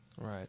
Right